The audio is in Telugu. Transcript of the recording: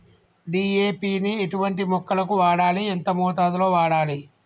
డీ.ఏ.పి ని ఎటువంటి మొక్కలకు వాడాలి? ఎంత మోతాదులో వాడాలి?